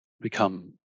become